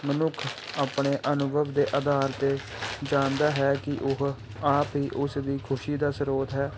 ਮਨੁੱਖ ਆਪਣੇ ਅਨੁਭਵ ਦੇ ਆਧਾਰ 'ਤੇ ਜਾਣਦਾ ਹੈ ਕਿ ਉਹ ਆਪ ਹੀ ਉਸ ਦੀ ਖੁਸ਼ੀ ਦਾ ਸਰੋਤ ਹੈ